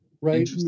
right